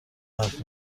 حرف